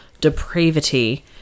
depravity